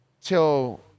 till